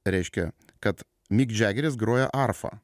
reiškia kad nick jageris groja arfa